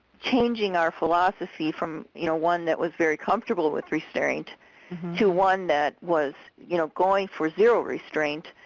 changing our philosophy from you know one that was very comfortable with restraint to one that was you know going for zero restraint,